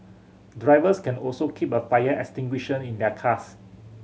drivers can also keep a fire extinguisher in their cars